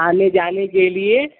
आने जाने के लिए